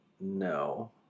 no